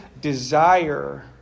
desire